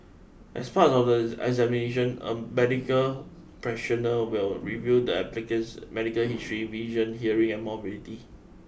as part of the examination a medical practitioner will review the applicant's medical history vision hearing and mobility